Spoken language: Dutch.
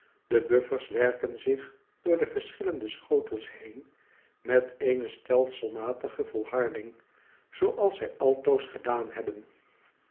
de buffers werken zich door de verschillende schotels heen met eene stelselmatige volharding zooals zij altoos gedaan hebben